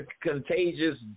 contagious